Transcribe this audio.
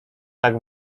tak